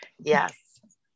Yes